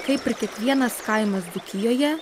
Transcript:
kaip ir kiekvienas kaimas dzūkijoje